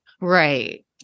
Right